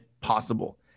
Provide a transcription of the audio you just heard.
possible